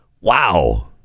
Wow